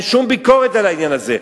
אין שום ביקורת על העניין הזה,